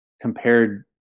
compared